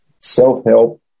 self-help